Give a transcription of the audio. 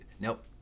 Nope